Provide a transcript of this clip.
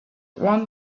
one